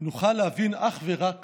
נוכל להבין אך ורק